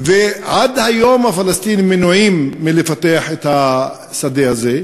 עד היום הפלסטינים מנועים מלפתח את השדה הזה.